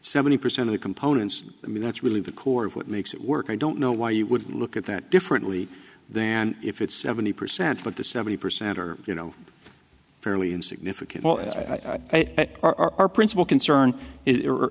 seventy percent of the components i mean that's really the core of what makes it work i don't know why you would look at that differently than if it's seventy percent but the seventy percent are you know fairly insignificant well our principal concern is